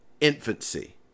infancy